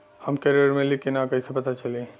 हमके ऋण मिली कि ना कैसे पता चली?